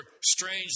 strange